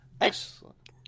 Excellent